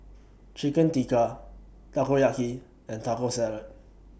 Chicken Tikka Takoyaki and Taco Salad